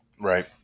Right